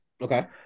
Okay